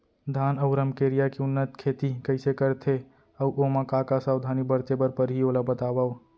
धान अऊ रमकेरिया के उन्नत खेती कइसे करथे अऊ ओमा का का सावधानी बरते बर परहि ओला बतावव?